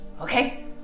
okay